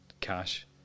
cash